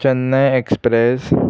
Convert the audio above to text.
Chennai express